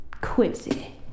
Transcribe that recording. Quincy